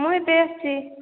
ମୁଁ ଏବେ ଆସିଛି